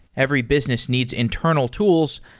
every business needs internal tools,